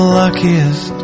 luckiest